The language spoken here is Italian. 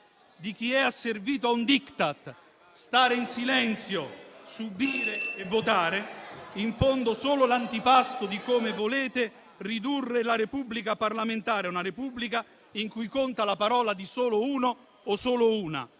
di chi è asservito a un *Diktat:* stare in silenzio, subire e votare. *(Commenti).* In fondo è solo l'antipasto di come volete ridurre la Repubblica parlamentare: una Repubblica in cui conta la parola di uno solo o